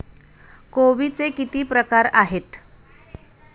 कोबीचे किती प्रकार आहेत?